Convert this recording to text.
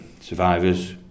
survivors